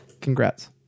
Congrats